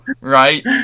right